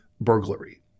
burglary